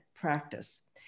practice